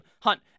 Hunt